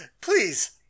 Please